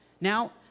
Now